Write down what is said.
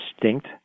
distinct